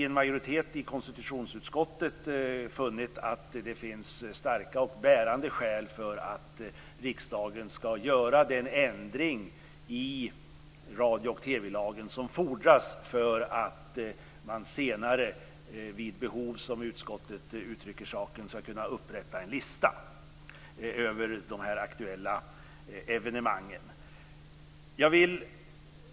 En majoritet av oss i konstitutionsutskottet har funnit att det finns starka och bärande skäl för riksdagen att göra den ändring i radio och TV-lagen som fordras för att man senare vid behov, som utskottet uttrycker sig, skall kunna upprätta en lista över aktuella evenemang.